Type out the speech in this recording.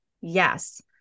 Yes